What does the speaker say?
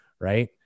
Right